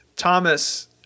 Thomas